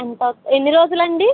ఎన్ని రోజులు అండి